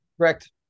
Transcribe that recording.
Correct